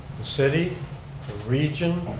the city, the region,